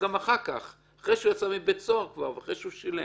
אחרי שהוא כבר יצא מבית הסוהר ואחרי שהוא שילם?